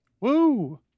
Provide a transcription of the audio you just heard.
Woo